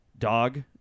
Dog